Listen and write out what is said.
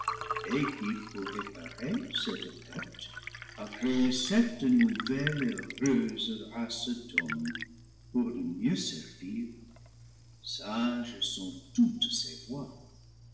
et qui pour réparer cette perte a créé celte nouvelle et heureuse race d'hommes pour le mieux servir sages sont toutes ses voies